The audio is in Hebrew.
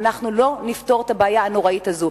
אנחנו לא נפתור את הבעיה הנוראית הזאת.